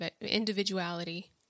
individuality